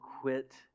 quit